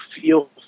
feel